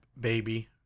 baby